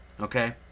okay